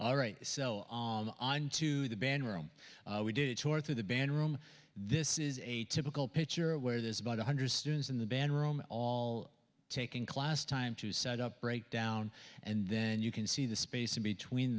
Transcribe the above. all right so on to the band room we do tour through the band room this is a typical pitcher where there's about one hundred students in the band room all taking class time to set up break down and then you can see the spacing between